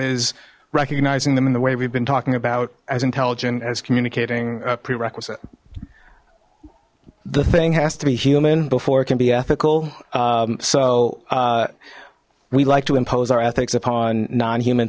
is recognizing them in the way we've been talking about as intelligent as communicating prerequisite the thing has to be human before it can be ethical so we like to impose our ethics upon non human